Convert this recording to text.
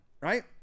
right